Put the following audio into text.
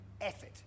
effort